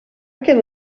can